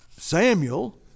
Samuel